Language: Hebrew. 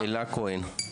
אלה כהן.